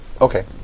Okay